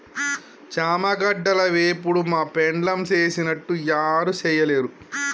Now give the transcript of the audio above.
చామగడ్డల వేపుడు మా పెండ్లాం సేసినట్లు యారు సెయ్యలేరు